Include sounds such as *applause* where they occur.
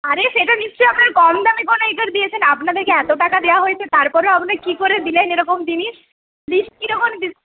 আরে সেটা নিশ্চয়ই আপনারা কমদামি কোনও এটা দিয়েছেন আপনাদের কে এত টাকা দেওয়া হয়েছে তারপরেও আপনি কি করে দিলেন এরকম জিনিস *unintelligible*